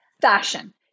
fashion